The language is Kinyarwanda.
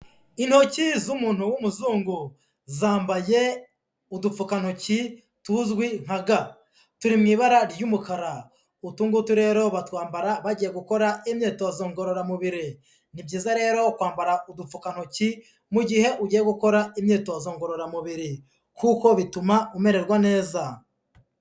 Intoki z'umuntu w'umuzungu, zambaye udupfukantoki tuzwi nka ga, turi mu ibara ry'umukara, utu ngutu rero batwambara bagiye gukora imyitozo ngororamubiri, ni byiza rero kwambara udupfukantoki mu gihe ugiye gukora imyitozo ngororamubiri kuko bituma umererwa neza.